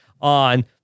on